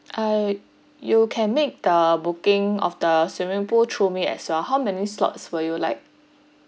uh you can make the booking of the swimming pool through me as well how many slots will you like